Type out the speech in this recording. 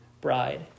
bride